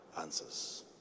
Answers